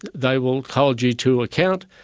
they will hold you to account,